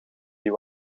die